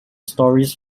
stories